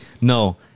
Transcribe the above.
no